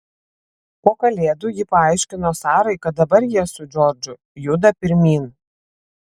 po kalėdų ji paaiškino sarai kad dabar jie su džordžu juda pirmyn